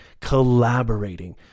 collaborating